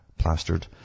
plastered